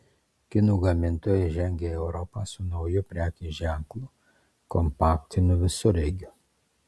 kinų gamintojai žengia į europą su nauju prekės ženklu kompaktiniu visureigiu